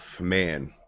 man